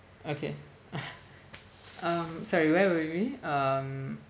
okay um sorry where were we um